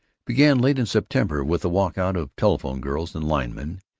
began late in september with a walk-out of telephone girls and linemen,